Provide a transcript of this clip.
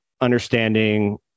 understanding